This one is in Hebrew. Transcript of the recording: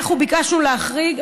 אנחנו ביקשנו להחריג,